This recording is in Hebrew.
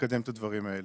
לקדם את הדברים האלה.